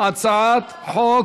הצעת חוק